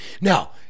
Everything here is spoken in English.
Now